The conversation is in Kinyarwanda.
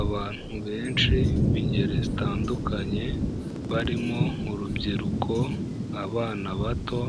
Abantu benshi b'ingeri zitandukanye barimo urubyiruko, abana bato